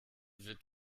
wird